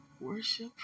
worship